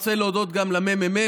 אני רוצה להודות לממ"מ,